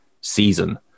season